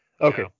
Okay